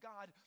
God